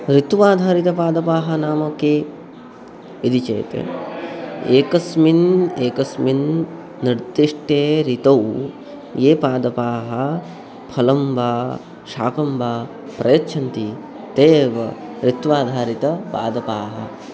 ऋत्वाधारितपादपाः नाम के इति चेत् एकस्मिन् एकस्मिन् निर्दिष्टे ऋतोः ये पादपाः फलं वा शाकं वा प्रयच्छन्ति ते एव ऋत्वाधारितपादपाः